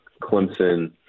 Clemson